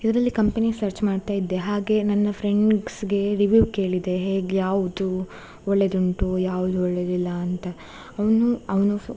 ಇದರಲ್ಲಿ company search ಮಾಡ್ತಾಯಿದ್ದೆ ಹಾಗೇ ನನ್ನ ಫ್ರೆಂಡ್ಸಿಗೆ ರಿವ್ಯೂ ಕೇಳಿದೆ ಹೇಗೆ ಯಾವುದು ಒಳ್ಳೆಯದುಂಟು ಯಾವ್ದು ಒಳ್ಳೆಯದಿಲ್ಲ ಅಂತ ಅವನು ಅವನು